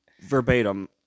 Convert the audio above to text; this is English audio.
verbatim